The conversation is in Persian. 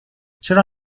چرا